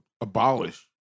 abolish